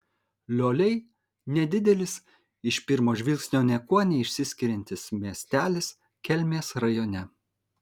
lioliai nedidelis iš pirmo žvilgsnio niekuo neišsiskiriantis miestelis kelmės rajone